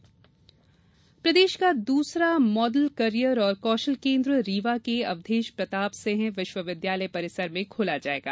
कौशल केन्द्र प्रदेश का दूसरा मॉडल कैरियर और कौशल केन्द्र रीवा के अवधेश प्रताप सिंह विश्वद्यालय परिसर में खोला जायेगा